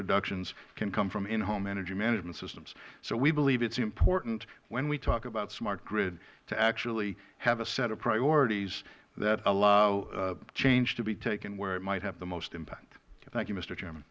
reductions can come from in home energy management systems so we believe it is important when we talk about smart grid to actually have a set of priorities that allow change to be taken where it might have the most impact